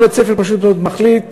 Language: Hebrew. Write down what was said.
כל בית-ספר פשוט מאוד מחליט,